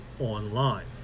online